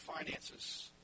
finances